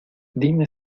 dime